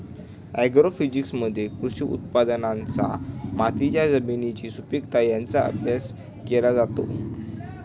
ॲग्रोफिजिक्समध्ये कृषी उत्पादनांचा मातीच्या जमिनीची सुपीकता यांचा अभ्यास केला जातो